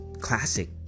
classic